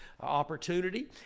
opportunity